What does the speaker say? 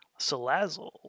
Salazzle